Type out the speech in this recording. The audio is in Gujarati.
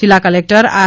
જીલ્લા કલેક્ટર આર